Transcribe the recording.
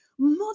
mother